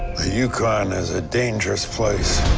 the yukon is a dangerous place.